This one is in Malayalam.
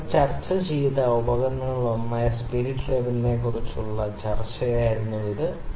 നമ്മൾ ചർച്ച ചെയ്ത ഉപകരണങ്ങളിലൊന്നായ സ്പിരിറ്റ് ലെവലിനെക്കുറിച്ചുള്ള ചർച്ചയായിരുന്നു ഇത്